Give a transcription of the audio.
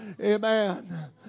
Amen